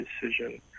decision